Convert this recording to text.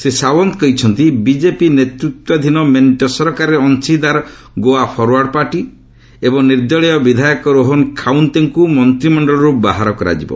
ଶ୍ରୀ ସାଓ୍ୱନ୍ତ୍ କହିଛନ୍ତି ବିକେପି ନେତୃତ୍ୱାଧୀନ ମେଣ୍ଟ ସରକାରରେ ଅଂଶୀଦାର ଗୋଆ ଫରୱାର୍ଡ଼ ପାର୍ଟି ଏବଂ ନିର୍ଦ୍ଦଳୀୟ ବିଧାୟକ ରୋହନ ଖାଉନ୍ତେଙ୍କୁ ମନ୍ତ୍ରିମଣ୍ଡଳରୁ ବାହାର କରାଯିବ